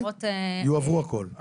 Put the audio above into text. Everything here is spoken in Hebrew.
יועבר הכל,